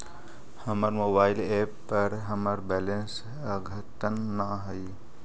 हमर mobile app पर हमर बैलेंस अद्यतन ना हई